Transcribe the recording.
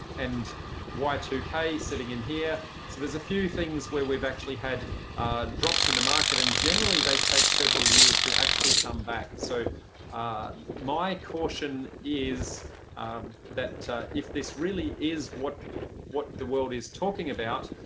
and y two k sitting in here so there's a few things where we've actually had drops in the market and generally they take several years to actually come back. so my caution is that if this really is what what the world is talking about,